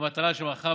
במטרה שמחר,